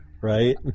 Right